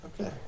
okay